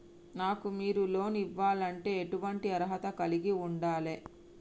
నాకు మీరు లోన్ ఇవ్వాలంటే ఎటువంటి అర్హత కలిగి వుండాలే?